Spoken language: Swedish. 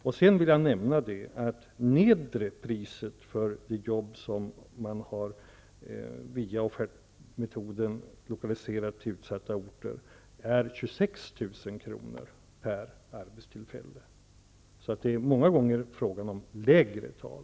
Jag vill nämna att det lägsta priset för de jobb som via offertmetoden har lokaliserats till utsatta orter är 26 000 kr. per arbetstillfälle, så det är många gånger frågan om lägre tal.